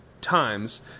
times